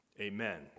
Amen